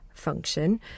function